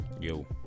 Yo